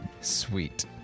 Sweet